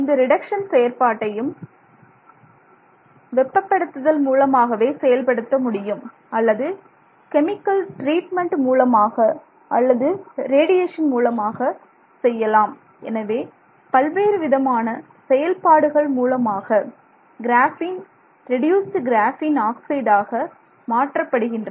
இந்த ரிடக்சன் செயற்பாட்டையும் வெப்பப்படுத்துதல் மூலமாகவே செயல்படுத்த முடியும் அல்லது கெமிக்கல் ட்ரீட்மென்ட் மூலமாக அல்லது ரேடியேஷன் மூலமாக செய்யலாம் எனவே பல்வேறுவிதமான செயல்பாடுகள் மூலமாக கிராஃபீன் ரெடியூசுடு கிராஃபீன் ஆக்சைடாக மாற்றப்படுகின்றன